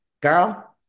girl